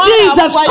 Jesus